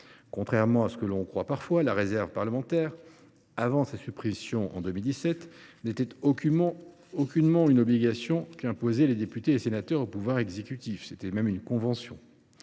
Contrairement à ce que l’on croit parfois, la réserve parlementaire, avant sa suppression en 2017, n’était aucunement une obligation qu’imposaient les députés et sénateurs au pouvoir exécutif. Il s’agissait en réalité